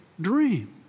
dream